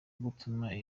gutuma